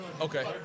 Okay